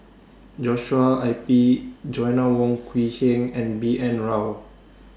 Joshua I P Joanna Wong Quee Heng and B N Rao